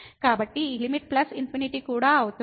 కాబట్టి ఈ limit plus infinity కూడా అవుతుంది